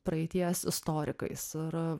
praeities istorikais ir